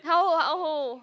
how old how old